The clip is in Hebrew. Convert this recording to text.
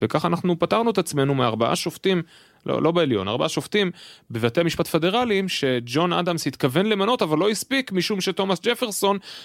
וכך אנחנו פתרנו את עצמנו מארבעה שופטים, לא בעליון, ארבעה שופטים בבתי משפט פדרליים שג'ון אדמס התכוון למנות אבל לא הספיק משום שתומס ג'פרסון